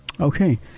Okay